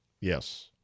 Yes